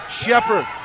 Shepard